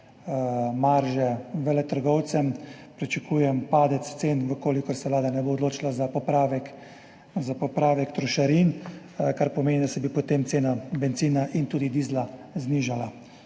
marže veletrgovcem, pričakujem padec cen, če se Vlada ne bo odločila za popravek trošarin, kar pomeni, da se bosta potem ceni bencina in tudi dizla znižali